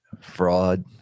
Fraud